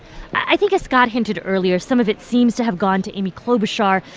i think, as scott hinted earlier, some of it seems to have gone to amy klobuchar.